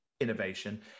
innovation